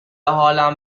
حالم